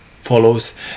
follows